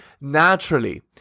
naturally